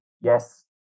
yes